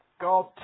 God